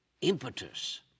impetus